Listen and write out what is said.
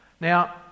Now